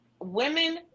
Women